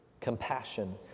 compassion